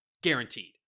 Guaranteed